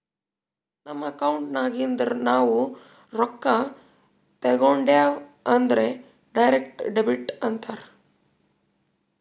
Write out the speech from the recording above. ನಮ್ ಅಕೌಂಟ್ ನಾಗಿಂದ್ ನಾವು ರೊಕ್ಕಾ ತೇಕೊಂಡ್ಯಾವ್ ಅಂದುರ್ ಡೈರೆಕ್ಟ್ ಡೆಬಿಟ್ ಅಂತಾರ್